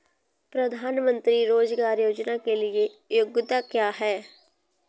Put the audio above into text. प्रधानमंत्री रोज़गार योजना के लिए योग्यता क्या है?